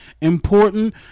important